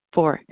Four